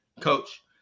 coach